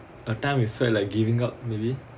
that time I feel like giving up maybe